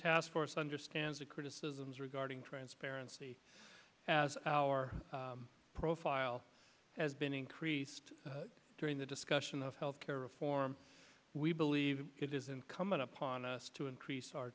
task force understands the criticisms regarding transparency as our profile has been increased during the discussion of health care reform we believe it is incumbent upon us to increase our